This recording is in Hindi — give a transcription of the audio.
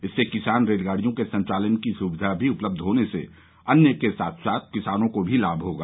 इससे किसान रेलगाडियों के संचालन की सुविधा भी उपलब्ध होने से अन्य के साथ साथ किसानों को भी लाभ होगा